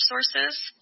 sources